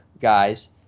guys